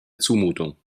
zumutung